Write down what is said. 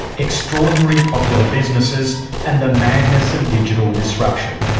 extraordinary popular businesses and the madness of digital disruption.